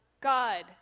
God